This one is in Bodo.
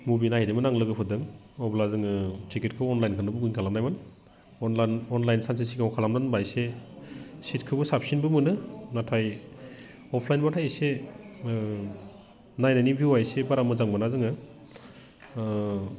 मुभि नायहैदोंमोन आं लोगोफोरजों अब्ला जोङो टिकेटखौ अनलाइनखौनो बुकिं खालामनायमोन अनलाइन सानसे सिगाङाव खालागोन होनबा सितखौबो साबसिनबो मोनो नाथाय अफलाइन बाथाय एसे नायनायनि भिउआ एसे बारा मोजां मोना जोङो